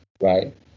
right